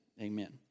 Amen